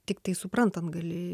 tiktai suprantant gali